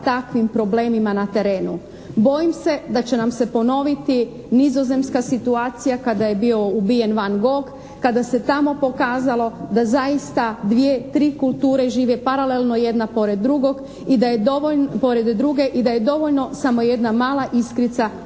takvim problemima na terenu. Bojim se da će nam se ponoviti nizozemska situacija kada je bio ubijen Van Gogh, kada se tamo pokazalo da zaista 2, 3 kulture žive paralelno jedna pored druge i da je dovoljno samo jedna mala iskrica